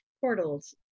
portals